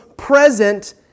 present